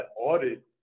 audit